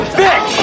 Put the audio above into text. bitch